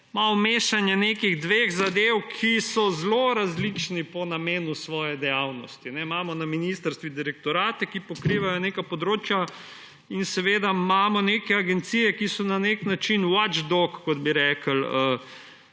malo mešanje nekih dveh zadev, ki so zelo različne po namenu svoje dejavnosti. Na ministrstvu imamo direktorate, ki pokrivajo neka področja in imamo neke agencije, ki so na nek način watch dogs, kot bi rekli